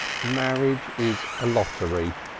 marriage is a lottery,